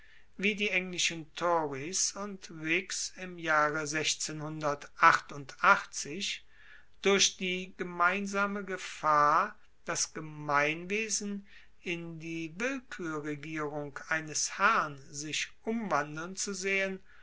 wie die englischen tories und die whigs im jahre durch die gemeinsame gefahr das gemeinwesen in die willkuerregierung eines herrn sich umwandeln zu sehen